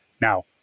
Now